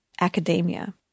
academia